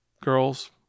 girls